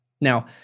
Now